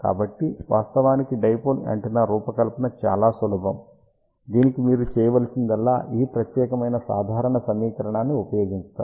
కాబట్టి వాస్తవానికి dipole antenna రూపకల్పన చాలా సులభం దీనికి మీరు చేయాల్సిందల్లా ఈ ప్రత్యేకమైన సాధారణ సమీకరణాన్ని ఉపయోగించడం